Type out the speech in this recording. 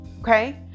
okay